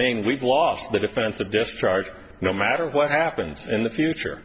mean we've lost the defense of discharge no matter what happens in the future